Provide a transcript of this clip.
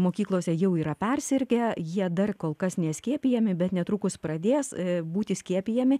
mokyklose jau yra persirgę jie dar kol kas neskiepijami bet netrukus pradės būti skiepijami